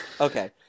Okay